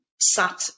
sat